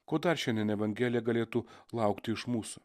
ko dar šiandien evangelija galėtų laukti iš mūsų